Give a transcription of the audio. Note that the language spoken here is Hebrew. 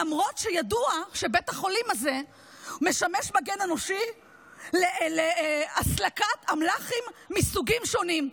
למרות שידוע שבית החולים הזה משמש מגן אנושי להסלקת אמל"ח מסוגים שונים.